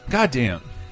Goddamn